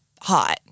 hot